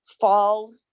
fall